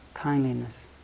kindliness